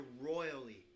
royally